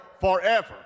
forever